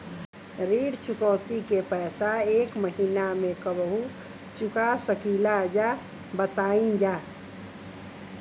ऋण चुकौती के पैसा एक महिना मे कबहू चुका सकीला जा बताईन जा?